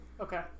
okay